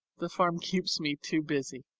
the farm keeps me too busy.